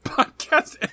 Podcast